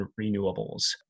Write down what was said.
renewables